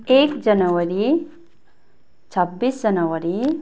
एक जनवरी छब्बिस जनवरी